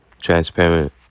transparent